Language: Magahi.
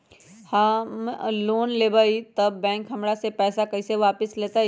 हम लोन लेलेबाई तब बैंक हमरा से पैसा कइसे वापिस लेतई?